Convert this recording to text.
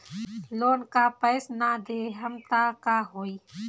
Loan का पैस न देहम त का होई?